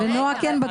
נעה כן בדקה.